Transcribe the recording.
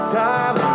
time